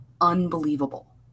unbelievable